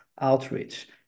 outreach